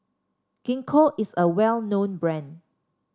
Gingko is a well known brand